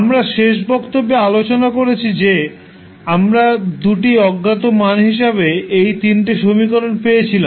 আমরা শেষ বক্তব্যে আলোচনা করেছি যে আমরা 2 টি অজ্ঞাত মান হিসাবে এই 3 টে সমীকরণ পেয়েছিলাম